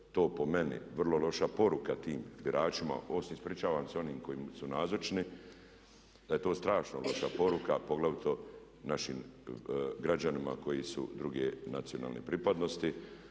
to po meni vrlo loša poruka tim biračima. Ovo se ispričavam svim onim koji su nazočni, da je to strašno loša poruka, a poglavito našim građanima koji su druge nacionalne pripadnosti.